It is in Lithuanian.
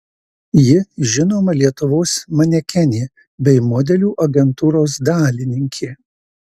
ji žinoma lietuvos manekenė bei modelių agentūros dalininkė